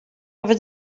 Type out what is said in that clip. over